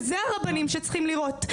ואלו הרבנים שצריכים לראות,